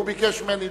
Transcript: הוא ביקש ממני,